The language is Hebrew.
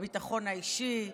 בביטחון האישי,